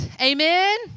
Amen